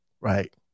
right